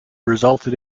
resulted